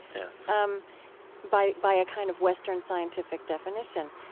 yes, um by by a kind of western scientific definition.